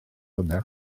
yna